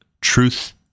truth